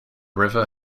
river